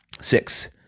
Six